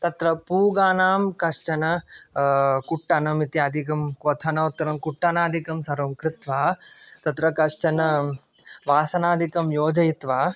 तत्र पूगानां कश्चन कुट्टनम् इत्यादिकं क्वथनोत्तरं कुट्टनादिकं सर्वङ्कृत्वा तत्र कश्चन् वासनादिकं योजयित्वा